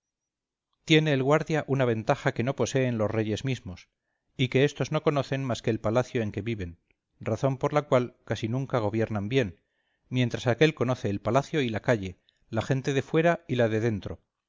tiene el guardia una ventaja que no poseen los reyes mismos y que éstos no conocen más que el palacio en que viven razón por la cual casi nunca gobiernan bien mientras aquél conoce el palacio y la calle la gente de fuera y la de dentro